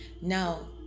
Now